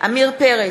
עמיר פרץ,